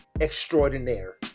Extraordinaire